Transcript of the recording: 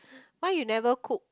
why you never cook